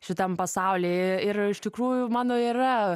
šitam pasauly ir iš tikrųjų mano yra